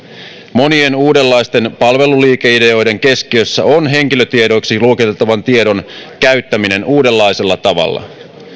monien uudenlaisten palveluliikeideoiden keskiössä on henkilötiedoiksi luokiteltavan tiedon käyttäminen uudenlaisella tavalla